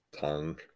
tongue